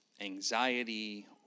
anxiety